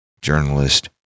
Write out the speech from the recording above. journalist